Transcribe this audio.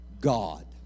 God